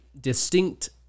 distinct